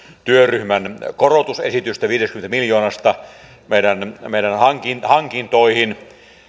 työryhmän korotusesitystä viidestäkymmenestä miljoonasta meidän meidän hankintoihimme